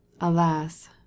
alas